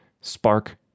Spark